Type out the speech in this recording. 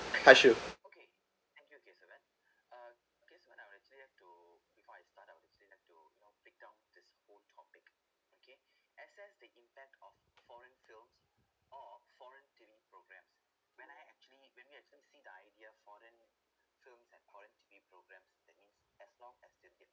pass you